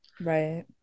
Right